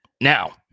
Now